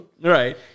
Right